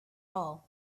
all